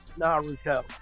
Naruto